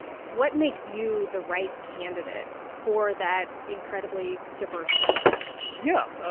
what makes you the right candidate for that incredibly diverse set of voters? yeah.